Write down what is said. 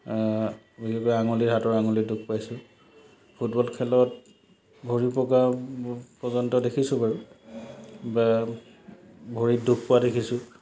বিশেষকৈ আঙুলিৰ হাতৰ আঙুলিত দুখ পাইছোঁ ফুটবল খেলত ভৰি ভগা পৰ্যন্ত দেখিছোঁ বাৰু বা ভৰিত দুখ পোৱা দেখিছোঁ